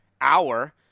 hour